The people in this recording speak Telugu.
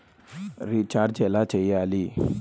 రిచార్జ ఎలా చెయ్యాలి?